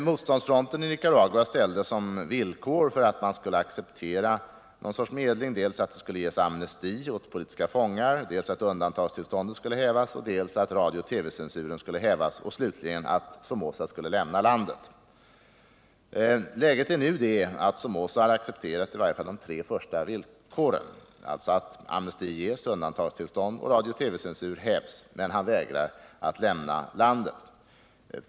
Motståndsfronten i Nicaragua ställde som villkor för att man skulle acceptera någon sorts medling dels att det skulle ges amnesti åt politiska Nr 51 fångar, dels att undantagstillståndet skulle hävas, dels att radiooch TV censuren skulle hävas och slutligen att Somoza skulle lämna landet. Läget är nu det att Somoza har accepterat i varje fall de tre första villkoren, alltså att amnesti ges och att undantagstillståndet och radiooch TV-censuren hävs. Men han vägrar att lämna landet.